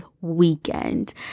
weekend